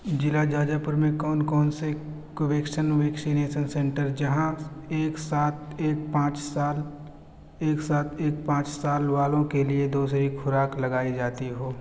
ضلع جاجاپور میں کون کون سے کوویکسین ویکسینیسن سنٹر جہاں ایک سات ایک پانچ سال ایک سات ایک پانچ سال والوں کے لیے دوسری خوراک لگائی جاتی ہو